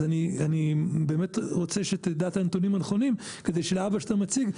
אני באמת רוצה שתדע את הנתונים הנכונים כדי שלהבא שאתה מציג,